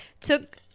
took